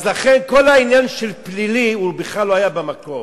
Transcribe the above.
אז לכן, כל העניין של פלילי בכלל לא היה במקום.